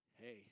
hey